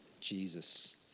Jesus